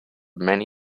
many